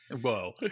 Whoa